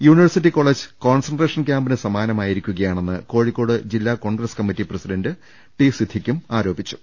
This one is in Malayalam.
യൂണിവേഴ്സിറ്റി കോളജ് കോൺസെൻട്രേഷൻ ക്യാമ്പിന് സമാനമായിരിക്കുകയാണെന്ന് കോഴിക്കോട് ജില്ലാ Congress committee president T സിദ്ദിഖും ആരോപിച്ചു